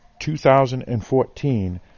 2014